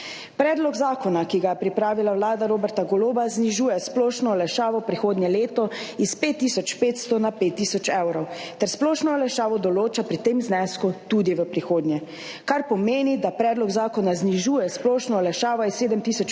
Predlog zakona, ki ga je pripravila Vlada Roberta Goloba, znižuje splošno olajšavo prihodnje leto iz 5 tisoč 500 na 5 tisoč evrov ter splošno olajšavo določa pri tem znesku tudi v prihodnje, kar pomeni, da predlog zakona znižuje splošno olajšavo iz 7